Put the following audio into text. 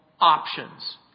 options